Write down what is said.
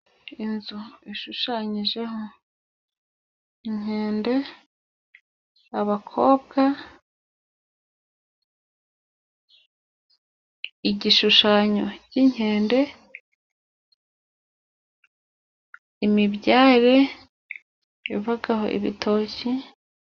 Inzu ishushanyijeho inkende, abakobwa, igishushanyo cy'inkende imibyare ivaho ibitoki...